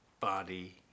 body